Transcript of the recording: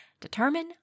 Determine